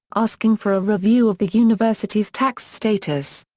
asking for a review of the university's tax status.